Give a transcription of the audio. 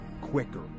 quicker